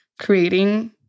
creating